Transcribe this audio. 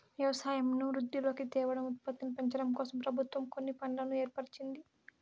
వ్యవసాయంను వృద్ధిలోకి తేవడం, ఉత్పత్తిని పెంచడంకోసం ప్రభుత్వం కొన్ని ఫండ్లను ఏర్పరిచింది